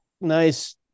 Nice